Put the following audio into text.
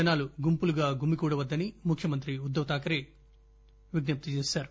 జనాలు గుంపులుగా గుమికూడవద్దని ముఖ్యమంత్రి ఉద్దవ్ థాకరే విజ్ఞప్తి చేశారు